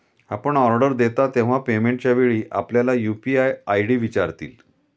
आपण ऑर्डर देता तेव्हा पेमेंटच्या वेळी आपल्याला यू.पी.आय आय.डी विचारतील